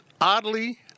oddly